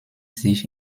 sich